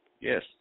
Yes